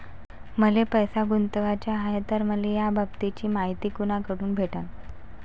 मले पैसा गुंतवाचा हाय तर मले याबाबतीची मायती कुनाकडून भेटन?